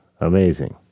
amazing